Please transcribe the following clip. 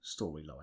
storyline